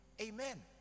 Amen